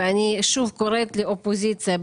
אני שוב קוראת לאופוזיציה,